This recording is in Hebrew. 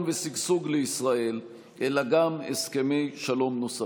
ושגשוג לישראל אלא גם הסכמי שלום נוספים.